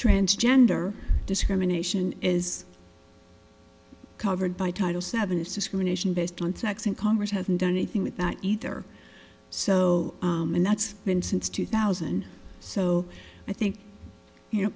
transgender discrimination is covered by title seven it's discrimination based on sex and congress hasn't done anything with that either so and that's been since two thousand so i think you know